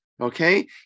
Okay